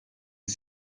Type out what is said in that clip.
les